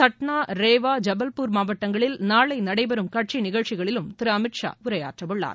சத்னா ரேவா ஜபல்பூர் மாவட்டங்களில் நாளை நடைபெறும் கட்சி நிகழ்ச்சிகளிலும் திரு அமித்ஷா உரையாற்றவுள்ளார்